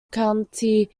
county